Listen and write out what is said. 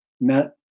met